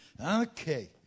Okay